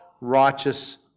righteous